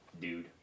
dude